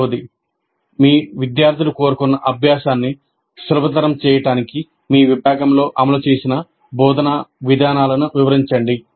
2 మీ విద్యార్థులు కోరుకున్న అభ్యాసాన్ని సులభతరం చేయడానికి మీ విభాగంలో అమలు చేసిన బోధనా విధానాలను వివరించండి